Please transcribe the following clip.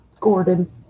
Gordon